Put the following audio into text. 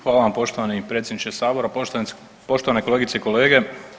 Hvala vam poštovani predsjedniče Sabora, poštovane kolegice i kolege.